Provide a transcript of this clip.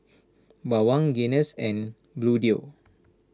Bawang Guinness and Bluedio